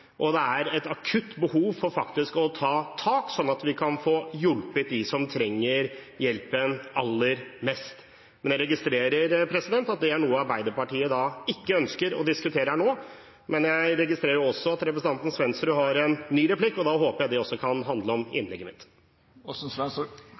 og det er et akutt behov for faktisk å ta tak, slik at vi kan få hjulpet dem som trenger hjelpen aller mest. Jeg registrerer at det er noe Arbeiderpartiet ikke ønsker å diskutere her nå, men jeg registrerer også at representanten Aasen-Svensrud ønsker en ny replikk, og da håper jeg den kan handle om